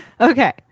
Okay